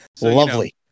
Lovely